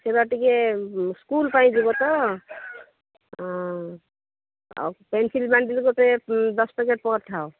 ସେଇଟା ଟିକେ ସ୍କୁଲ୍ ପାଇଁ ଯିବ ତ ଆଉ ପେନ୍ସିଲ୍ ବଣ୍ଡଲ୍ ଗୋଟେ ଦଶ ପ୍ୟାକେଟ୍ ପଠାଅ